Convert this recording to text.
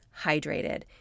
hydrated